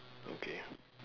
okay